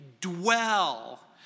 dwell